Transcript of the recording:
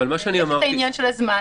יש את העניין של הזמן,